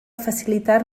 facilitar